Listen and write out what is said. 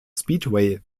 speedway